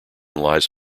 lies